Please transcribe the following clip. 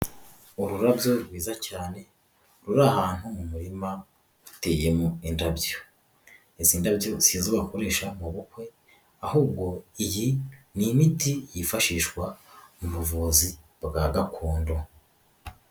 Ururabyo rwiza cyane ruri ahantu umurima uteyemo indaby. izi ndabyo sizo bakoresha mu bukwe ahubwo iyi ni imiti yifashishwa mu buvuzi bwa gakondo.